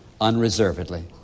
unreservedly